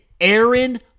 Aaron